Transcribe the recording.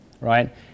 right